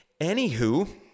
anywho